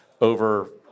over